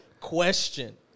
question